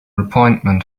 appointment